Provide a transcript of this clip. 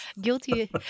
Guilty